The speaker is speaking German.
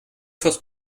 fürs